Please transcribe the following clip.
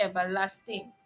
everlasting